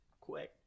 quick